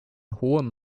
hohem